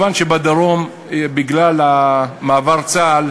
מובן שבדרום, בגלל מעבר צה"ל